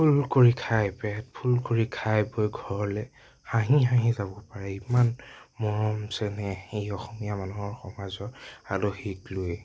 ফুল কৰি খায় পেট ফুল কৰি খাই বৈ ঘৰলে হাঁহি হাঁহি যাব পাৰে ইমান মৰম চেনেহ এই অসমীয়া মানুহৰ সমাজত আলহীক লৈ